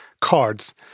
cards